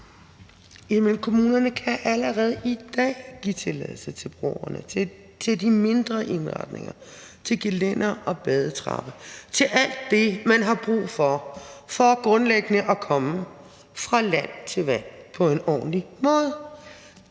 kommunerne kan allerede i dag give tilladelse til broerne, til de mindre indretninger, til gelændere og badetrapper, til alt det, som man grundlæggende har brug for, for at komme fra land til vand på en ordentlig måde.